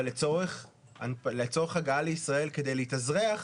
אבל לצורך הגעה לישראל כדי להתאזרח,